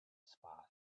spot